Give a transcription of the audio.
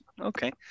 Okay